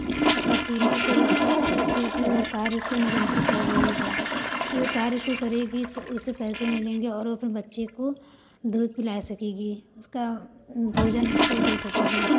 पसीने से लतपथ है फिर भी वह कार्य को निरंतर कर रही है कि वह कार्य को करेगी तो उसे पैसे मिलेंगे और वह अपने बच्चे को दूध पिला सकेगी उसका भोजन उसको दे सकेगी